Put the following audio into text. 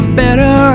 better